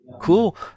Cool